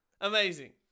amazing